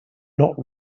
not